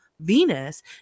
Venus